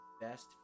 best